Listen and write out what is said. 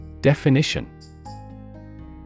Definition